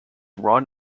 ron